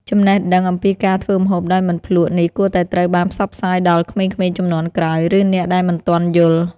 ចំណេះដឹងអំពីការធ្វើម្ហូបដោយមិនភ្លក្សនេះគួរតែត្រូវបានផ្សព្វផ្សាយដល់ក្មេងៗជំនាន់ក្រោយ ឬអ្នកដែលមិនទាន់យល់។